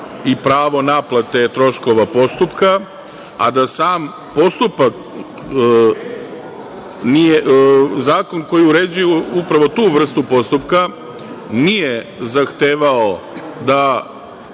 i pravo naplate troškova postupka, a da sam postupak, zakon koji uređuje upravo tu vrstu postupku, nije zahtevao